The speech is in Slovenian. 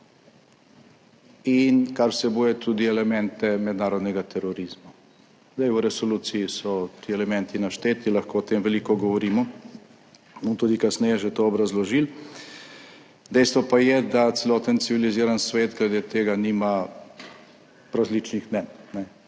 in kar vsebuje tudi elemente mednarodnega terorizma. V resoluciji so ti elementi našteti, lahko o tem veliko govorimo, bomo tudi kasneje že to obrazložili, dejstvo pa je, da celoten civiliziran svet glede tega nima različnih mnenj.